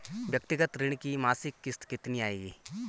व्यक्तिगत ऋण की मासिक किश्त कितनी आएगी?